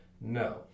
no